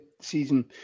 season